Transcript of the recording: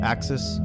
Axis